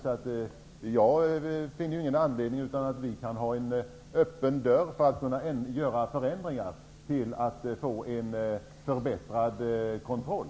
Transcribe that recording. Jag finner därför inte någon anledning till att vi inte kan ha en dörr öppen för att göra förändringar för att få en förbättrad kontroll.